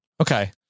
okay